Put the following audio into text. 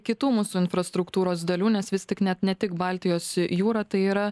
kitų mūsų infrastruktūros dalių nes vis tik net ne tik baltijos jūra tai yra